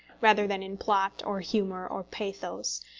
rather than in plot, or humour, or pathos,